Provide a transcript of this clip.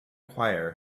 choir